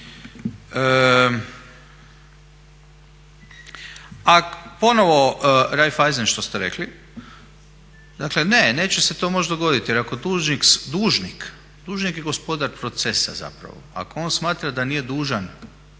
A ponovno Raiffeisen što ste rekli, dakle ne, neće se to moći dogoditi jer ako dužnik, dužnik je gospodar procesa zapravo i ako on smatra da nije dužan nekoj